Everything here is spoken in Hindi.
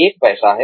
एक पैसा है